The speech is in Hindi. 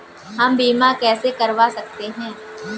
हम बीमा कैसे करवा सकते हैं?